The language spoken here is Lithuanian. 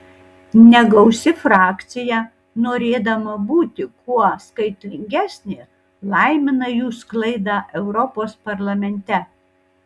negausi frakcija norėdama būti kuo skaitlingesnė laimina jų sklaidą europos parlamente